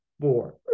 Four